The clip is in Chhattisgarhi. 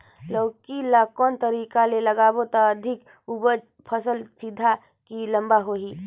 लौकी ल कौन तरीका ले लगाबो त अधिक उपज फल सीधा की लम्बा होही?